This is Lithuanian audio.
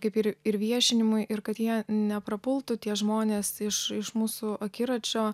kaip ir ir viešinimui ir kad jie neprapultų tie žmonės iš iš mūsų akiračio